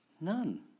None